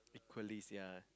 equally yea